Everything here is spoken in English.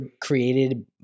created